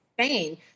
Spain